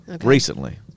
recently